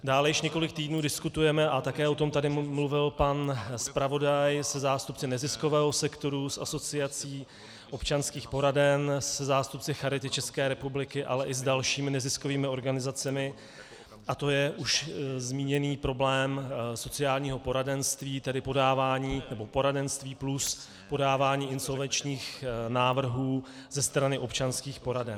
Dále již několik týdnů diskutujeme, a také o tom tady mluvil pan zpravodaj, se zástupci neziskového sektoru, s Asociací občanských poraden, se zástupci Charity České republiky, ale i s dalšími neziskovými organizacemi, a to je už zmíněný problém sociálního poradenství plus podávání insolvenčních návrhů ze strany občanských poraden.